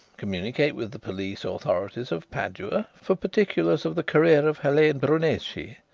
communicate with the police authorities of padua for particulars of the career of helene brunesi,